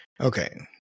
Okay